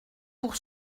pour